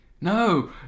no